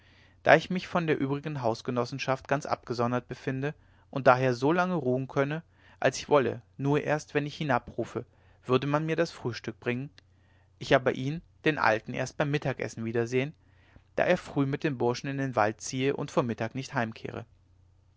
da ich mich von der übrigen hausgenossenschaft ganz abgesondert befinde und daher so lange ruhen könne als ich wolle nur erst wenn ich hinabrufe würde man mir das frühstück bringen ich aber ihn den alten erst beim mittagsessen wiedersehen da er früh mit den burschen in den wald ziehe und vor mittag nicht heimkehre